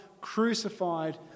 crucified